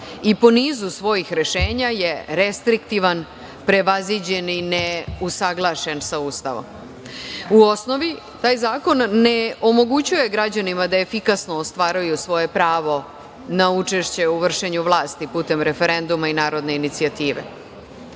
i po nizu svojih rešenja je restriktivan, prevaziđen i neusaglašen sa Ustavom. U osnovi, taj zakon ne omogućava građanima da efikasno ostvaruju svoje pravo na učešće u vršenju vlasti putem referenduma i narodne inicijative.